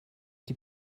die